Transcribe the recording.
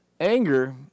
Anger